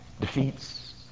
defeats